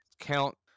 count